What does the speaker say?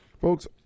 folks